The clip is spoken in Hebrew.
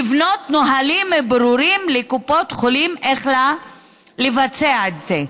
לבנות נהלים ברורים לקופות החולים איך לבצע את זה.